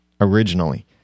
originally